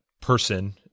person